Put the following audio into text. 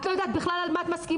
את לא יודעת בכלל על מה את מסכימה.